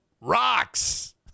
rocks